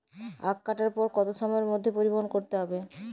আখ কাটার পর কত সময়ের মধ্যে পরিবহন করতে হবে?